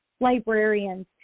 librarians